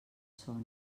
sona